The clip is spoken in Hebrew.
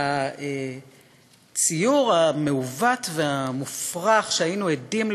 והסיקור המעוות והמופרך שהיינו עדים לו,